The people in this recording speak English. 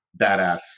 badass